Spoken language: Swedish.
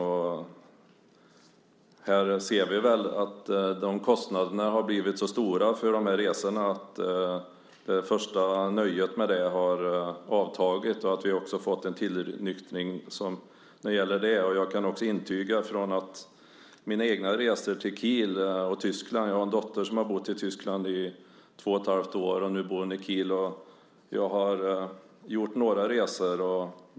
Vi ser att kostnaderna för de här resorna har blivit så stora att det första nöjet med det så att säga har avtagit och att vi fått en tillnyktring i det sammanhanget. Från egna resor till Kiel i Tyskland kan jag intyga hur det nu är. Jag har en dotter som har bott i Tyskland i två och ett halvt år. Nu bor hon i Kiel. Jag har gjort några resor dit.